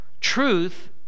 truth